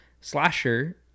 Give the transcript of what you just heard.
Slasher